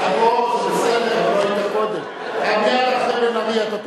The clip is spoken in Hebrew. אתה פה, זה בסדר, אבל לא היית קודם.